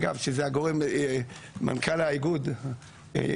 שאגב זה המזהם הכי גדול במדינה,